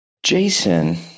Jason